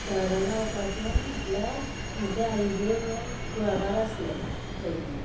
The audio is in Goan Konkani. झाडां लावपाचें म्हणल्यार म्हज्या आईगेर न्हय कुळागर आसलें पयलीं